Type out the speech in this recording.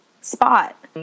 spot